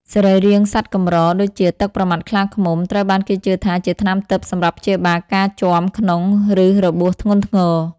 សរីរាង្គសត្វកម្រ ដូចជាទឹកប្រមាត់ខ្លាឃ្មុំ ត្រូវបានគេជឿថាជាថ្នាំទិព្វសម្រាប់ព្យាបាលការជាំក្នុង ឬរបួសធ្ងន់ធ្ងរ។